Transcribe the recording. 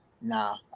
Nah